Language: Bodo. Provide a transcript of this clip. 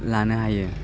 लानो हायो